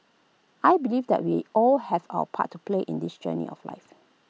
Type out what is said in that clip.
I believe that we all have our part to play in this journey of life